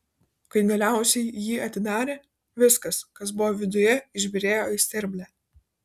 kai galiausiai jį atidarė viskas kas buvo viduje išbyrėjo į sterblę